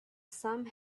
some